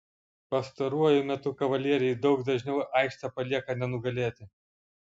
pastaruoju metu kavalieriai daug dažniau aikštę palieka nenugalėti